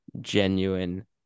genuine